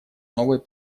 новой